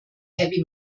heavy